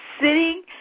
sitting